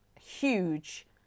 huge